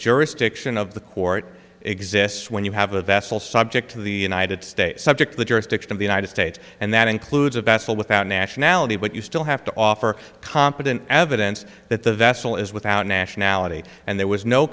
jurisdiction of the court exists when you have a vessel subject to the united states subject to the jurisdiction of the united states and that includes a vessel without nationality but you still have to offer competent evidence that the vessel is without nationality and there was no